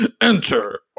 enter